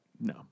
no